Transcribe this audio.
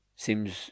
Seems